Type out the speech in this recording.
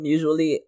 Usually